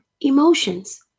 emotions